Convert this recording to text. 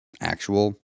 actual